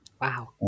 Wow